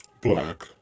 Black